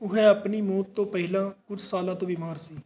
ਉਹ ਆਪਣੀ ਮੌਤ ਤੋਂ ਪਹਿਲਾਂ ਕੁੱਝ ਸਾਲਾਂ ਤੋਂ ਬਿਮਾਰ ਸੀ